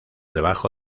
debajo